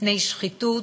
בפני שחיתות,